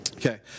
Okay